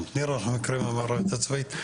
גם את נירה אנחנו מכירים מהמערכת הצבאית.